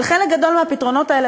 על חלק גדול מהפתרונות האלה,